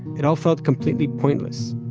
it all felt completely pointless.